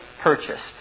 purchased